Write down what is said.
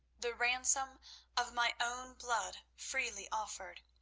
the ransom of my own blood freely offered,